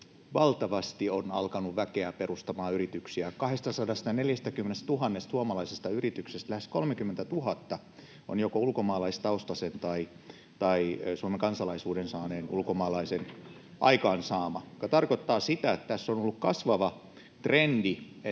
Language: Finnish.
valtavasti on alkanut väkeä perustamaan yrityksiä. 240 000 suomalaisesta yrityksestä lähes 30 000 on joko ulkomaalaistaustaisen tai Suomen kansalaisuuden saaneen ulkomaalaisen aikaansaama, mikä tarkoittaa sitä, että on ollut kasvava trendi,